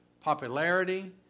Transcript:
popularity